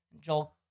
joel